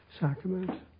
sacrament